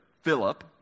Philip